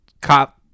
cop